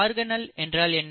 organelle என்றால் என்ன